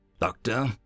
Doctor